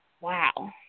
Wow